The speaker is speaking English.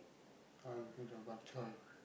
I like to put the bak choy